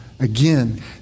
Again